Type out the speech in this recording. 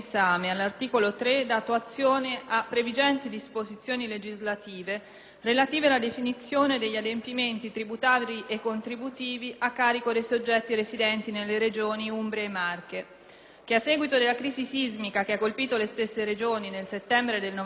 relative alla definizione degli adempimenti tributari e contributivi a carico dei soggetti residenti nelle regioni Umbria e Marche che, a seguito della crisi sismica che ha colpito le stesse Regioni nel settembre 1997, hanno usufruito delle sospensioni dei termini dei versamenti tributari